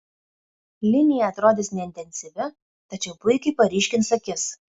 linija atrodys neintensyvi tačiau puikiai paryškins akis